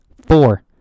Four